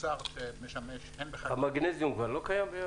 מוצר שמשמש --- המגנזיום כבר לא קיים?